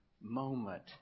moment